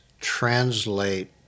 translate